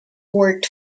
worked